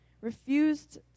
refused